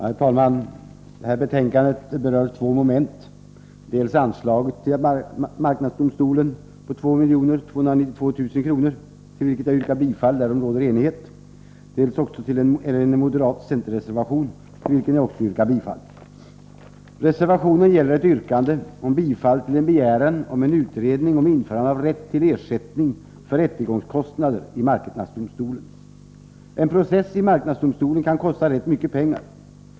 Herr talman! Det här betänkandet berör två moment, dels anslaget till marknadsdomstolen på 2 292 000 kr. där jag yrkar bifall till utskottets förslag varom det råder enighet, dels en moderat-center-reservation till vilken jag också yrkar bifall. Reservationen gäller ett yrkande om bifall till begäran om en utredning om införande av rätt för ersättning för rättegångskostnader i marknadsdomstolen. En process i marknadsdomstolen kan kosta rätt mycket pengar.